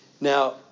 Now